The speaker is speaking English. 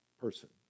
person